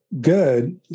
good